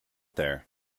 there